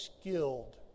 skilled